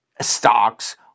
stocks